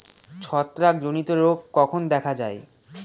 ছত্রাক জনিত রোগ কখন দেখা য়ায়?